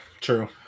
true